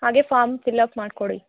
ಹಾಗೇ form fill up ಮಾಡಿ ಕೊಡಿ